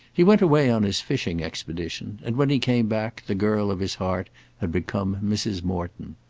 he went away on his fishing expedition, and when he came back the girl of his heart had become mrs. morton.